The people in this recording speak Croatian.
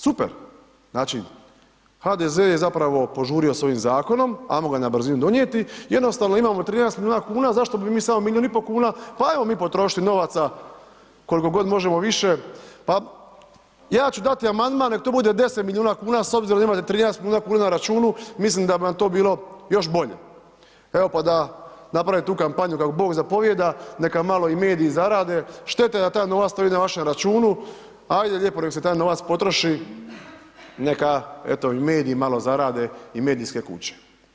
Super, znači, HDZ je zapravo požurio s ovim zakonom, ajmo ga na brzinu donijeti, jednostavno imamo 13 milijuna kuna, zašto bi mi samo milijun i po kuna, pa ajmo mi potrošiti novaca koliko god možemo više, pa ja ću dati amandman nek to bude 10 milijuna kuna s obzirom da imate 13 milijuna kuna na računu, mislim da bi vam to bilo još bolje, evo pa da napravite tu kampanju kako Bog zapovijeda, neka malo i mediji zarade, šteta je da taj novac stoji na vašem računu, ajde lijepo nek se taj novac potroši, neka eto i mediji malo zarade i medijske kuće.